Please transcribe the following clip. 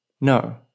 No